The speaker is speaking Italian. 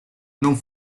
non